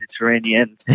Mediterranean